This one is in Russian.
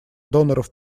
доноров